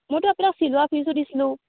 মইতো আপোনাক চিলোৱা ফিজো দিছিলোঁ